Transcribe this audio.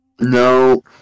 No